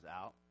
out